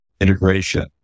integration